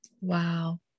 wow